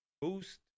Boost